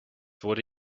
wurde